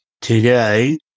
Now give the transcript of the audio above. today